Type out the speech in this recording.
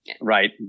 Right